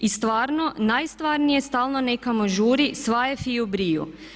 I stvarno, najstvarnije stalno nekamo žuri, sva je fiju briju.